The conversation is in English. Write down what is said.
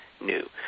new